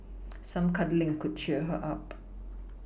some cuddling could cheer her up